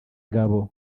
ngabo